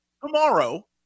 tomorrow